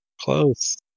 close